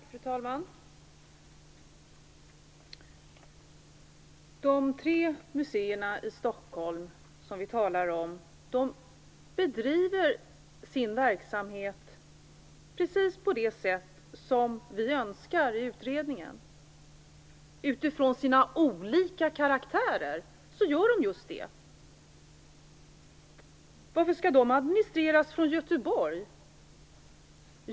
Fru talman! De tre museerna i Stockholm, som vi nu talar om, bedriver sin verksamhet precis på det sätt som vi önskade i utredningen. Utifrån sina olika karaktärer gör de just det. Varför skall de administreras från Göteborg?